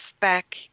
back